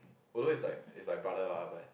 although is like is like brother lah but